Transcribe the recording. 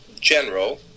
general